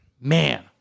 man